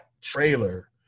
trailer